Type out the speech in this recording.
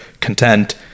content